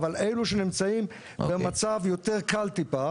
אלא על אלו שנמצאים במצב יותר קל טיפה